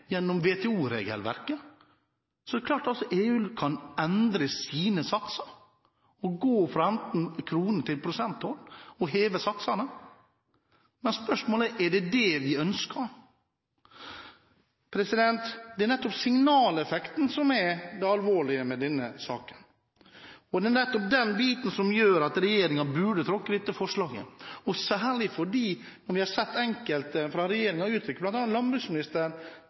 gjennom WTO-regelverket. Så det er klart at også EU kan endre sine satser og gå fra krone- til prosenttoll, og heve satsene. Men spørsmålet er om det er det vi ønsker. Det er nettopp signaleffekten som er det alvorlige med denne saken, og det er nettopp den biten som gjør at regjeringen burde trukket dette forslaget, særlig fordi vi har sett enkelte fra regjeringen uttrykke – bl.a. landbruksministeren